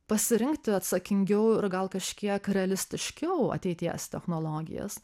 pasirinkti atsakingiau ir gal kažkiek realistiškiau ateities technologijas